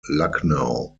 lucknow